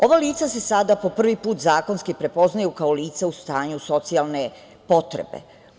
Ova lica se sada po prvi put zakonski prepoznaju kao lica u stanju socijalne potrebe.